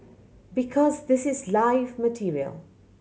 because this is live material